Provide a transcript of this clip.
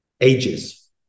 ages